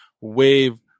Wave